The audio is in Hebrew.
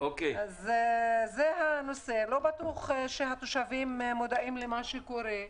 לא בטוח שהתושבים מודעים למה שקורה.